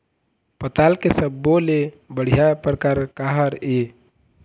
पताल के सब्बो ले बढ़िया परकार काहर ए?